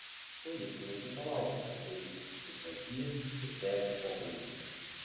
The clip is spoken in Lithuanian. policininkai palaukė kol luiza susitvarkys ir tęsė pokalbį